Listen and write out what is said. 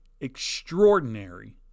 extraordinary